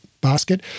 basket